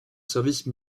service